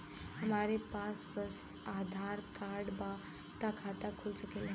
हमरे पास बस आधार कार्ड बा त खाता खुल सकेला?